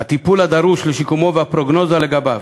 הטיפול הדרוש לשיקומו והפרוגנוזה לגביו,